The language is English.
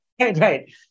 right